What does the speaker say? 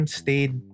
stayed